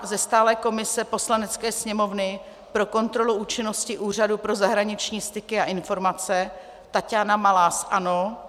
Ze stálé komise Poslanecké sněmovny pro kontrolu činnosti Úřadu pro zahraniční styky a informace Taťána Malá ANO.